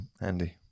Andy